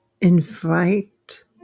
Invite